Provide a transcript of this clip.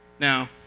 Now